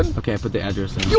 um okay, i put the address yeah